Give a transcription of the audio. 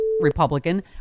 Republican